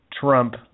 Trump